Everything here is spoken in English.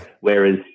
Whereas